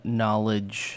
knowledge